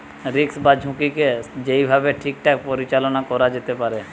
risk বা ঝুঁকিকে যেই ভাবে ঠিকঠাক পরিচালনা করা যেতে পারে